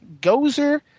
Gozer